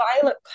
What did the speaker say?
violet